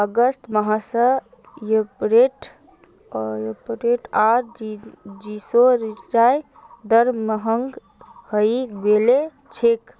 अगस्त माह स एयरटेल आर जिओर रिचार्ज दर महंगा हइ गेल छेक